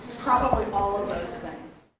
probably all of those things.